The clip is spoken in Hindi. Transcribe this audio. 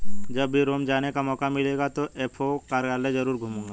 जब भी रोम जाने का मौका मिलेगा तो एफ.ए.ओ कार्यालय जरूर घूमूंगा